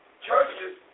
churches